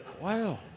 Wow